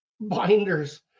binders